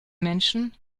menschen